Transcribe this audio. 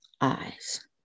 eyes